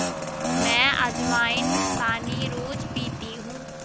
मैं अज्वाइन पानी रोज़ पीती हूँ